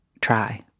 try